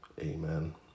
Amen